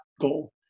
goal